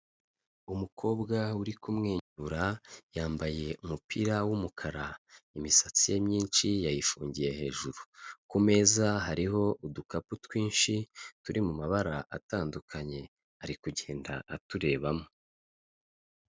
Umukobwa uri kumwenyura, yambaye umupira wumukara imisatsi ye myinshi yayifungiye, hejuru ku meza hariho udukapu twinshi turi mu mabara atandukanye, ari kugenda aturebamo.